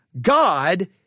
God